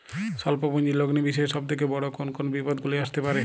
স্বল্প পুঁজির লগ্নি বিষয়ে সব থেকে বড় কোন কোন বিপদগুলি আসতে পারে?